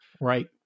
Right